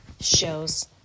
shows